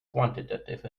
quantitative